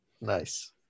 Nice